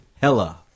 hella